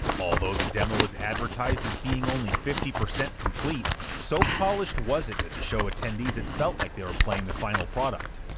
although the demo was advertised as being only fifty percent complete, so polished was it that to show attendees it felt like they were playing the final product,